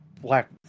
Black